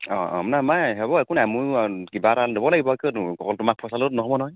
অ অ নাই হ'ব একো নাই ময়ো কিবা এটা ল'ব লাগিব অকল তোমাক ফচালেও নহ'ব নহয়